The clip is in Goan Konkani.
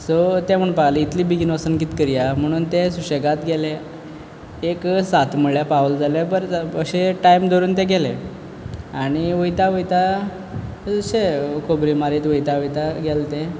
सो ते म्हणपा लागले इतले बेगीन वोसोन कितें करया म्हणून ते सुशेगाद गेले एक सात म्हणल्या पावले जाल्यार बरें जालें अशें टायम धरून ते गेले आनी वयता वयता अशे खोबऱ्यो मारीत वयता वयता गेले ते